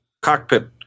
cockpit